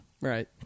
Right